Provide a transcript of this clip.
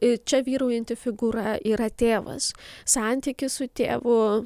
ir čia vyraujanti figūra yra tėvas santykis su tėvu